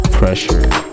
pressure